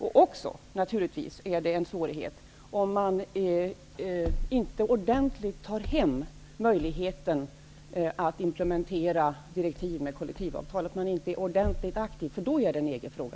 Det är naturligtvis också en svårighet om man inte är aktiv och ordentligt tar till vara möjligheten att implementera direktiven vad gäller kollektivavtal. Då blir det en EG-fråga.